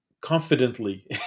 confidently